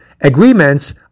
Agreements